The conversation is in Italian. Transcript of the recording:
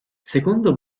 secondo